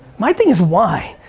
my thing is why.